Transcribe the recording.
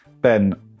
ben